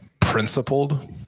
principled